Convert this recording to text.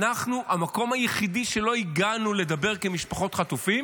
המקום היחיד שלא הגענו לדבר כמשפחות חטופים